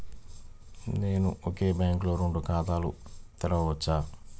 నేను ఒకే బ్యాంకులో రెండు ఖాతాలు తెరవవచ్చా?